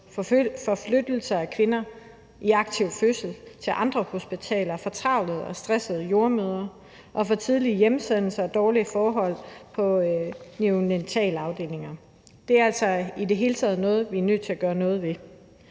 flytning af kvinder i aktiv fødsel til andre hospitaler, fortravlede og stressede jordemødre og for tidlige hjemsendelser og dårlige forhold på neonatalafdelingerne. Det er altså i det hele taget noget, vi er nødt til at gøre noget ved.